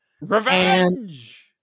Revenge